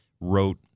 wrote